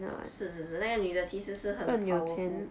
orh 是是是那个女的其实是很 powerful